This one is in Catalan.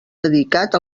dedicat